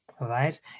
right